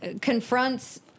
confronts